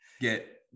Get